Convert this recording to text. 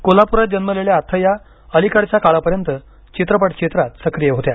कोल्हापुरात जन्मलेल्या अथय्या अलिकडच्या काळापर्यंत चित्रपट क्षेत्रात सक्रिय होत्या